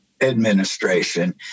administration